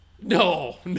No